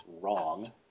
wrong